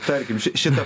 tarkim šitą